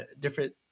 different